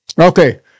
Okay